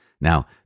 Now